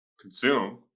consume